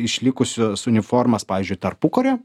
išlikusias uniformas pavyžiui tarpukario